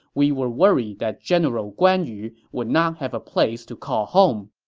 we were worried that general guan yu would not have a place to call home.